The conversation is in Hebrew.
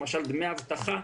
למשל דמי אבטחה,